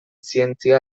zientzia